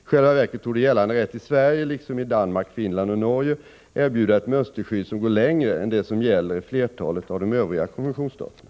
I själva verket torde gällande rätt i Sverige, liksom i Danmark, Finland och Norge, erbjuda ett mönsterskydd som går längre än det som gäller i flertalet av de övriga konventionsstaterna.